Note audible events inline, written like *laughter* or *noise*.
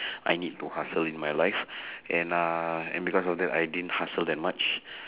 *breath* I need to hustle in my life *breath* and uh and because of that I didn't hustle that much